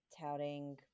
touting